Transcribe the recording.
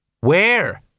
Where